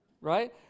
Right